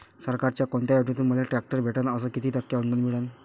सरकारच्या कोनत्या योजनेतून मले ट्रॅक्टर भेटन अस किती टक्के अनुदान मिळन?